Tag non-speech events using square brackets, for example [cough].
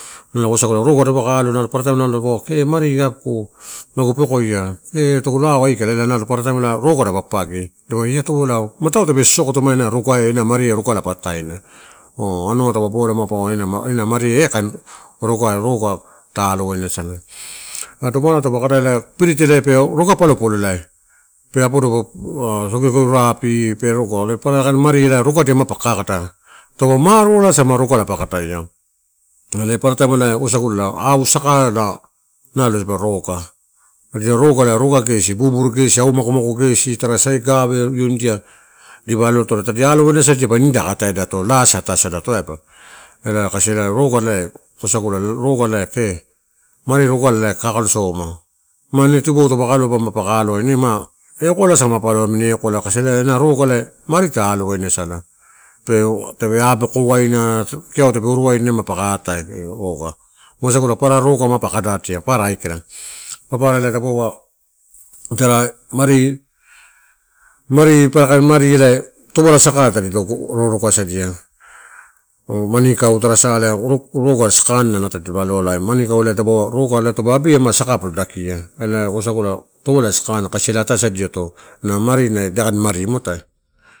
Ela wasagula roga tadapaua kai alo paparataim tadapa kee mari apuku magu pekoia, kee tagu lao ela aikala. Ela paparataim roga dapa papagi, dapaua ia torolaii matau tape sosokoto ma ena eh mani rogala a ataena, oh anua taupe bola ma paua ena mari eh kain rogu eh roga ta alowainasala. Madomalai pirite elai roga palopalo pe apoduko rororupi pe rogo are papara kain maari ela rogadia ma paka kakada. Taupa marualasa ma rogula pa kadaia ela paparataim ela wasagula au sakai nalo dipa roga, adina roga ela roga ela roga gesi tara sai gave ionidia dipa alo atoro. Tadi alowaina adi nidapa ka ataisada, laa sa ataisalato, ela kasi roga ela wasagula roga elai kee mari roga elai kakalo soma. Ma ine tibou mapaka aloa ine ma ekoaiasa mapa oloa amini ekoala kasi ena rogu mari ta alowaina sala. Pe tape abokowaina an kiau tape irua ma ine paka atai wasagula papara roga mapa kadadia papara aiakala. Papara dapau ta mari, mari papara kain mari elai torola sakai tadi roro gasadia. [hesitation] manikau tara sa roga sakan tadipa aloalai roga taupe abeia ma saka polo dakia. Ela wasagula torola sakana kasi elai atai sadiato, na mari na idakain mari mu atai.